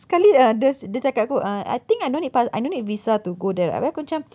sekali uh dia dia cakap aku uh I think I don't need I don't need visa to go there [what] abeh aku macam